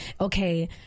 okay